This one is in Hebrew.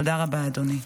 תודה רבה, אדוני.